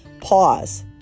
pause